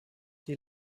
die